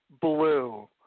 blue